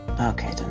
Okay